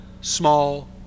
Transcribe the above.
small